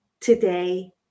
today